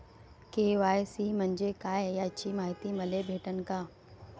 KYC म्हंजे काय याची मायती मले भेटन का?